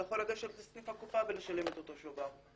והוא יכול לגשת לסניף הקופה ולשלם את השובר.